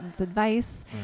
advice